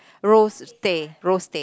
rosti rosti